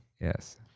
yes